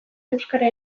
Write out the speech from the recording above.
euskara